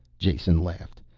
jason laughed.